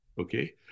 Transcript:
okay